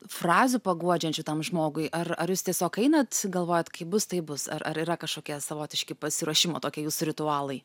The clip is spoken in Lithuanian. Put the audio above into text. frazių paguodžiančių tam žmogui ar ar jūs tiesiog einat galvojat kaip bus taip bus ar ar yra kažkokie savotiški pasiruošimo tokie jūsų ritualai